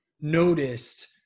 noticed